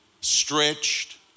stretched